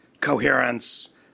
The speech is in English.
coherence